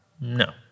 No